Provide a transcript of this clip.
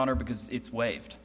honor because it's waived